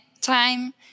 time